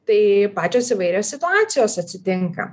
tai pačios įvairios situacijos atsitinka